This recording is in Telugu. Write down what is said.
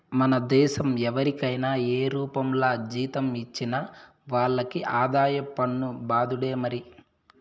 మన దేశం ఎవరికైనా ఏ రూపంల జీతం ఇచ్చినా వాళ్లకి ఆదాయ పన్ను బాదుడే మరి